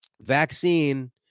vaccine